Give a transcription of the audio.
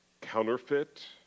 counterfeit